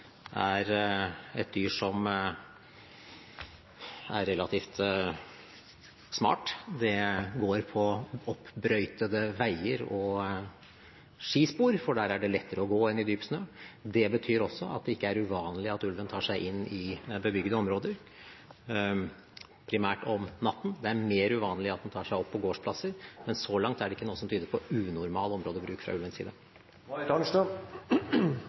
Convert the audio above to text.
er et dyr som er relativt smart, som går på oppbrøytede veier og i skispor, for der er det lettere å gå enn i dyp snø. Det betyr også at det ikke er uvanlig at ulven tar seg inn i bebygde områder, primært om natten. Det er mer uvanlig at den tar seg inn på gårdsplasser, men så langt er det ikke noe som tyder på unormal områdebruk fra ulvens side. Marit Arnstad